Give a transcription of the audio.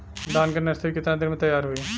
धान के नर्सरी कितना दिन में तैयार होई?